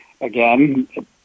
again